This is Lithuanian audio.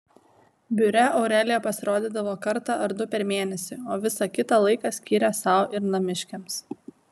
biure aurelija pasirodydavo kartą ar du per mėnesį o visą kitą laiką skyrė sau ir namiškiams